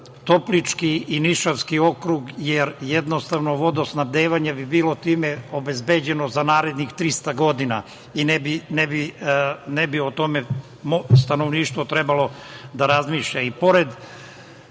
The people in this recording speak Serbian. Toplički i Nišavski okrug, jer jednostavno vodosnabdevanje bi bilo time obezbeđeno za narednih 300 godina i ne bi o tome stanovništvo trebalo da razmišlja. Pored